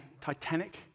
Titanic